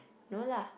no lah